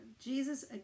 Jesus